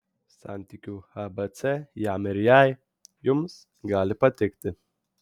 santykių abc jam ir jai jums gali patikti